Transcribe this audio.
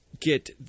get